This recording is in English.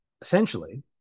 essentially